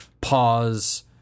pause